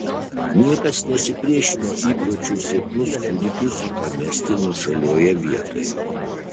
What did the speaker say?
niekas nesipriešino įpročiui silpnus kūdikius pamesti nuošalioje vietoje